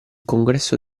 congresso